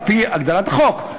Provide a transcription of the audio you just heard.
על-פי הגדרת החוק,